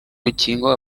rukingo